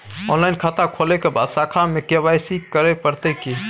Online खाता खोलै के बाद शाखा में के.वाई.सी करे परतै की?